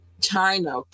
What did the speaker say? China